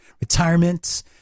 retirement